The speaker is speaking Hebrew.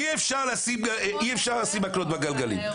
אי אפשר לשים מקלות בגלגלים.